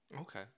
Okay